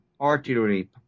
artillery